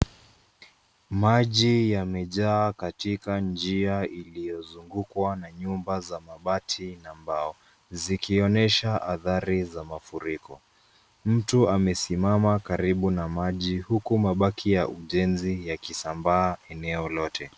Maji yamejaa katika njia iliyozungukwa na yumba za mabati na mbao zikionyesha athari za mafuriko. Mtu amesimama karibu na maji huku mabaki ya ujenzi yakisambaa eneo lote.